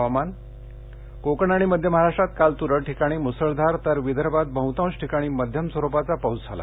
हवामान कोकण आणि मध्य महाराष्ट्रात काल तुरळक ठिकाणी मुसळधार तर विदर्भात बह्तांश ठिकाणी मध्यम स्वरुपाचा पाऊस झाला